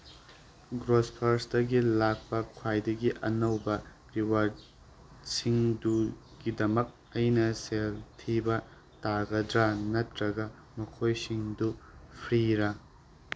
ꯒ꯭ꯔꯣꯐꯔꯁꯇꯒꯤ ꯂꯥꯛꯄ ꯈ꯭ꯋꯥꯏꯗꯒꯤ ꯑꯅꯧꯕ ꯔꯤꯋꯥꯔꯠꯁꯤꯡꯗꯨꯒꯤꯗꯃꯛ ꯑꯩꯅ ꯁꯦꯜ ꯊꯤꯕ ꯇꯥꯒꯗ꯭ꯔꯥ ꯅꯠꯇ꯭ꯔꯒ ꯃꯈꯣꯏꯁꯤꯡꯗꯨ ꯐ꯭ꯔꯤꯔꯥ